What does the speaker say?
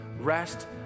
rest